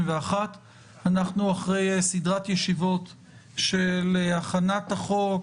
אנחנו אחרי סדרת ישיבות של הכנת החוק,